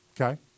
Okay